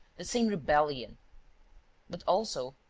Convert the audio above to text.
the same rebellion but also,